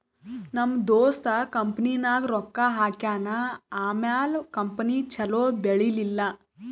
ನಮ್ ದೋಸ್ತ ಕಂಪನಿನಾಗ್ ರೊಕ್ಕಾ ಹಾಕ್ಯಾನ್ ಆಮ್ಯಾಲ ಕಂಪನಿ ಛಲೋ ಬೆಳೀಲಿಲ್ಲ